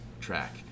track